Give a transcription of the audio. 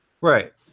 right